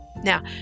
Now